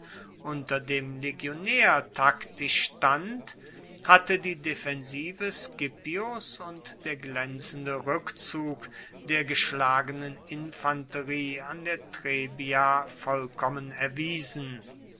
unter dem legionaer taktisch stand hatte die defensive scipios und der glaenzende rueckzug der geschlagenen infanterie an der trebia vollkommen erwiesen